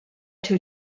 two